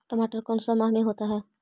टमाटर कौन सा माह में होता है?